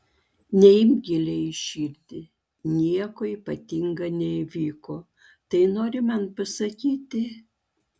neimk giliai į širdį nieko ypatinga neįvyko tai nori man pasakyti